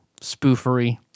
spoofery